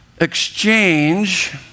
exchange